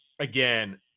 again